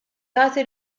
tagħti